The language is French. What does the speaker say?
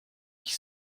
qui